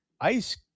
ice